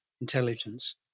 intelligence